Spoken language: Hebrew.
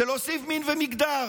הוא להוסיף מין ומגדר,